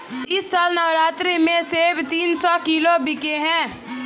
इस साल नवरात्रि में सेब तीन सौ किलो बिके हैं